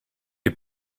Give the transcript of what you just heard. you